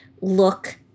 look